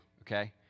Okay